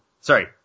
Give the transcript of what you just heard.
sorry